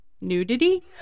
nudity